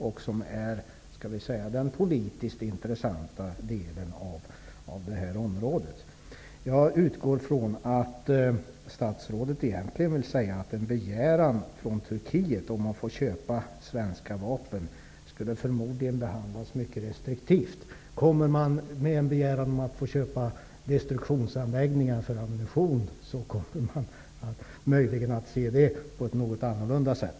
Det är den politiskt intressanta delen av det här området. Jag utgår ifrån att statsrådet egentligen vill säga att en begäran från Turkiet om att få köpa svenska vapen förmodligen skulle behandlas mycket restriktivt. Om Turkiet kommer med en begäran om att få köpa destruktionsanläggningar för ammunition kommer man möjligen att se det på ett något annorlunda sätt.